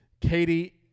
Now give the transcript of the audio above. Katie